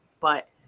But-